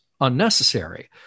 unnecessary